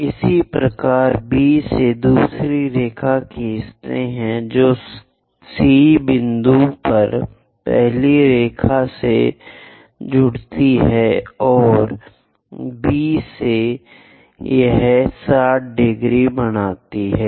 इसी प्रकार B से दूसरी रेखा खींचते हैं जो C बिंदु पर पहली रेखा से जुड़ती है और B से यह 60 भी बनाती है